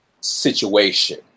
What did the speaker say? situation